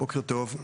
בוקר טוב,